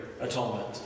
atonement